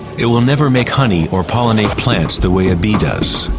it will never make honey or pollinate plants the way a bee does.